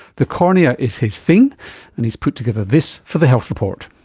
the cornea is his thing and he's put together this for the health report.